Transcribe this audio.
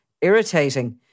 irritating